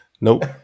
Nope